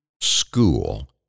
school